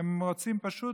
פשוט